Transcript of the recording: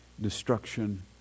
destruction